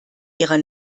ihrer